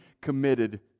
committed